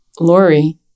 Lori